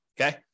okay